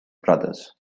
brothers